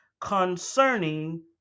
concerning